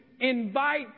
invite